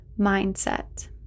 mindset